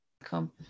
Come